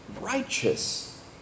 righteous